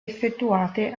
effettuate